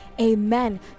amen